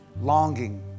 longing